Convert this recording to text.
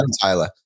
Tyler